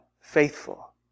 faithful